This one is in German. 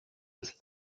des